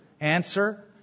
Answer